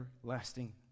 everlasting